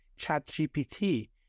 ChatGPT